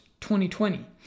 2020